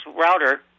router